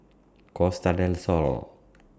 Costa Del Sol